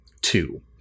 two